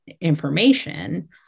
information